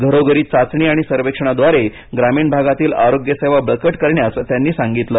घरोघरी चाचणी आणि सर्वेक्षणाद्वारे ग्रामीण भागातील आरोग्य सेवा बळकट करण्यास त्यांनी सांगितलं